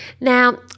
Now